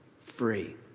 free